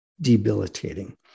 debilitating